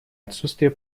отсутствие